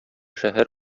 шәһәр